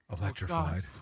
Electrified